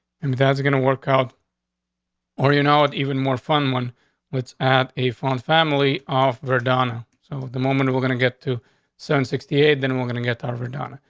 and that's gonna work out or you know it even more fun one with at a phone family off perdana. so the moment we're we're gonna get to seven sixty eight then and we're gonna get over don,